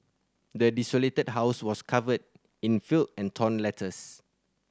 the desolated house was covered in filth and torn letters